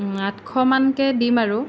আঠশ মানকৈ দিম আৰু